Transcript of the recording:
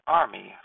army